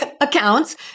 accounts